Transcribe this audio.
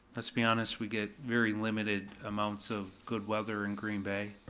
let's be honest, we get very limited amounts of good weather in green bay.